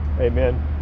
amen